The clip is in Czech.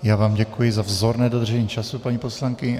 Já vám děkuji za vzorné dodržení času, paní poslankyně.